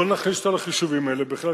לא נכניס אותה לחישובים האלה בכלל,